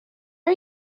are